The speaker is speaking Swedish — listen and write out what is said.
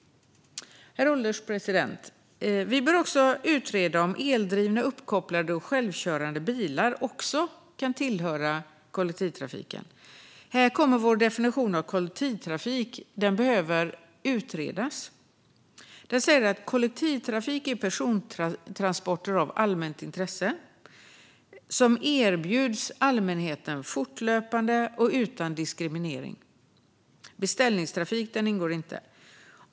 Herr ålderspresident! Vi bör också utreda om eldrivna, uppkopplade och självkörande bilar ska tillhöra kollektivtrafiken. Här kommer vår definition av kollektivtrafik att behöva utredas. Den säger att kollektivtrafik är persontransporter av allmänt intresse som erbjuds allmänheten fortlöpande och utan diskriminering. Beställningstrafik ingår inte.